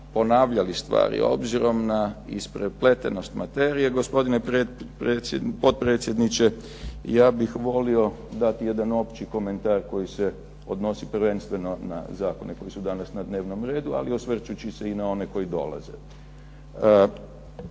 ponavljali stvari obzirom na isprepletenost materije gospodine potpredsjedniče ja bih volio dati jedan opći komentar koji se odnosi prvenstveno na zakone koji su danas na dnevnom redu, ali osvrćući se i na one koji dolaze.